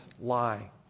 lie